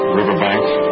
riverbanks